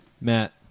Matt